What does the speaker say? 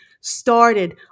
started